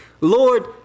Lord